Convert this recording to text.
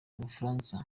bufaransa